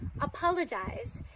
apologize